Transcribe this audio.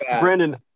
brandon